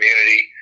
community